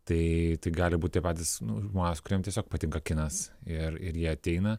tai gali būt tie patys nu žmonės kuriem tiesiog patinka kinas ir ir jie ateina